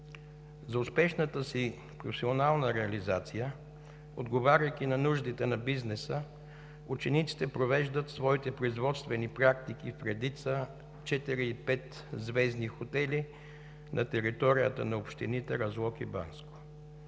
За успешната си професионална реализация, отговаряйки на нуждите на бизнеса, учениците провеждат своите производствени практики в редица четири- и петзвездни хотели на територията на общините Разлог и Банско.